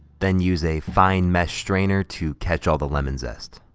then use a fine mesh strainer to catch all the lemon zest.